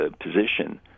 position